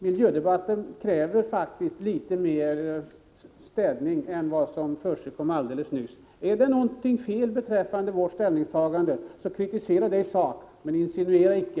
Miljödebatten kräver faktiskt litet mer än vad vi nyss fick bevittnat. Är det något fel på vårt ställningstagande, så kritisera det i sak, men insinuera icke!